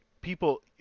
people